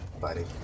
buddy